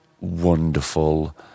wonderful